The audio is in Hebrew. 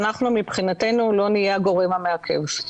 אנחנו מבחינתנו לא נהיה הגורם המעכב.